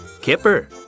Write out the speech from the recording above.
Kipper